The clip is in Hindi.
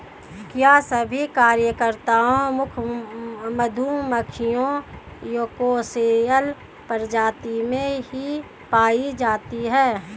क्या सभी कार्यकर्ता मधुमक्खियां यूकोसियल प्रजाति में ही पाई जाती हैं?